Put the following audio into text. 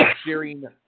sharing